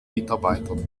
mitarbeitern